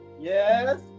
Yes